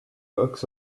kaks